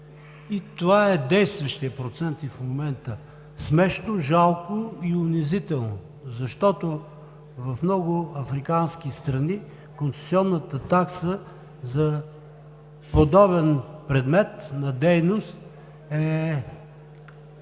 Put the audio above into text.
Това е действащият процент и в момента – смешно, жалко и унизително, защото в много африкански страни концесионната такса за подобен предмет на дейност е